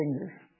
fingers